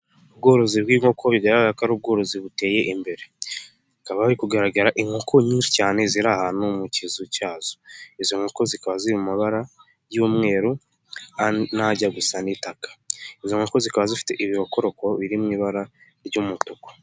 Ubworozi bw'inkoko bigaragara ko ari ubworozi buteye imbere hakaba hari kugaragara inkoko nyinshi cyane ziri ahantu mu kizu cyazo, izo nkoko zikaba ziri mu mabara y'umweru najya gusa itaka, izo nkoko zikaba zifite ibirokoroko biri mu ibara ry'umutuku.